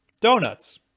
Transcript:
Donuts